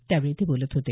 त्यावेळी ते बोलत होते